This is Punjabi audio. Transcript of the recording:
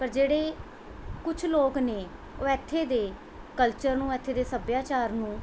ਪਰ ਜਿਹੜੇ ਕੁਝ ਲੋਕ ਨੇ ਉਹ ਇੱਥੇ ਦੇ ਕਲਚਰ ਨੂੰ ਇੱਥੇ ਦੇ ਸੱਭਿਆਚਾਰ ਨੂੰ